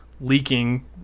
leaking